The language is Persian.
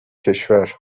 کشور